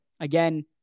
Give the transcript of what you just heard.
again